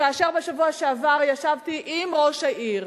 כאשר בשבוע שעבר ישבתי עם ראש העיר